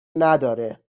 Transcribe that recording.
نداره